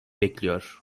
bekliyor